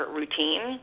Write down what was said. routine